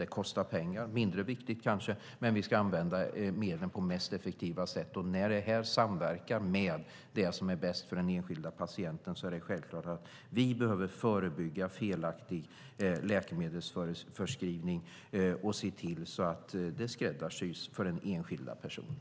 Det kostar pengar - det kanske är mindre viktigt - men vi ska använda medlen på det mest effektiva sättet så att det samverkar med det som är bäst för den enskilda patienten. Det är självklart att vi behöver förebygga felaktig läkemedelsförskrivning och se till att den skräddarsys för den enskilda personen.